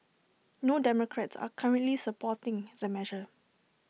no democrats are currently supporting the measure